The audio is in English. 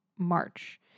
March